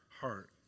heart